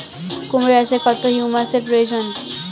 কুড়মো চাষে কত হিউমাসের প্রয়োজন?